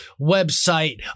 website